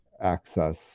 access